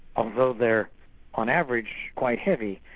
although they're on average quite heavy,